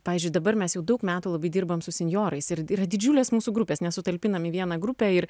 pavyzdžiui dabar mes jau daug metų labai dirbam su senjorais ir yra didžiulės mūsų grupės nesutalpinam į vieną grupę ir